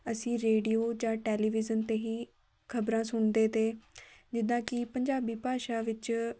ਅਸੀਂ ਰੇਡੀਓ ਜਾਂ ਟੈਲੀਵਿਜ਼ਨ 'ਤੇ ਹੀ ਖਬਰਾਂ ਸੁਣਦੇ ਅਤੇ ਜਿੱਦਾਂ ਕਿ ਪੰਜਾਬੀ ਭਾਸ਼ਾ ਵਿੱਚ